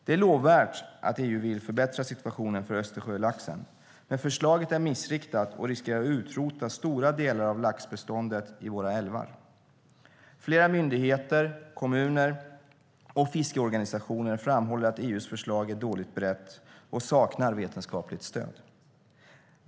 Det är lovvärt att EU vill förbättra situationen för Östersjölaxen, men förslaget är missriktat och riskerar att utrota stora delar av laxbeståndet i våra älvar. Flera myndigheter, kommuner och fiskeorganisationer framhåller att EU:s förslag är dåligt berett och saknar vetenskapligt stöd.